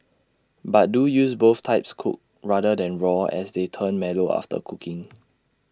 but do use both types cooked rather than raw as they turn mellow after cooking